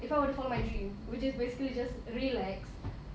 if I were to follow my dream which is basically just relax